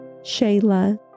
Shayla